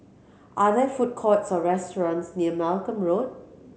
are there food courts or restaurants near Malcolm Road